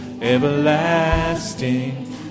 everlasting